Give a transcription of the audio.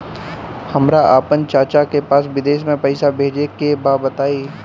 हमरा आपन चाचा के पास विदेश में पइसा भेजे के बा बताई